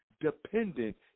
dependent